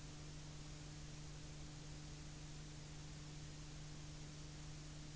Så är det!